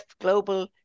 global